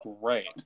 great